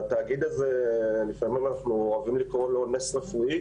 אנחנו לפעמים אוהבים לקרוא לתאגיד נס רפואי,